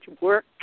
work